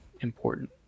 important